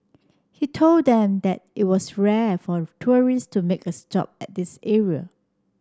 he told them that it was rare for tourist to make a stop at this area